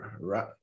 right